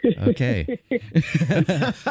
Okay